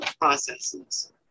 processes